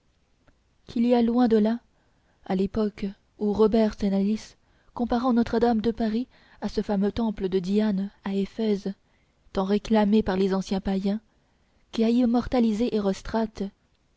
qu'il y a loin de là à l'époque où robert cenalis comparant notre-dame de paris à ce fameux temple de diane à éphèse tant réclamé par les anciens païens qui a immortalisé